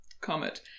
comet